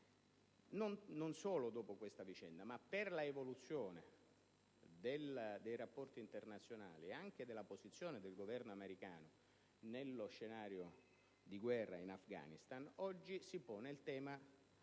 Non solo dopo questa vicenda, ma per l'evoluzione dei rapporti internazionali e anche della posizione del Governo americano nello scenario di guerra in Afghanistan, oggi si pone il tema